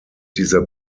dieser